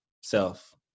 self